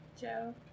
Joe